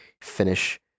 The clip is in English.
finish